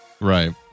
Right